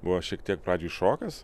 buvo šiek tiek pradžiai šokas